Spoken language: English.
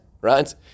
right